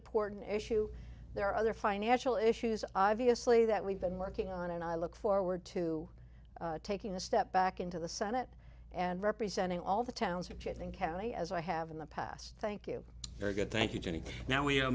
important issue there are other financial issues obviously that we've been working on and i look forward to taking a step back into the senate and representing all the towns which i think kelly as i have in the past thank you very good thank you jenny now we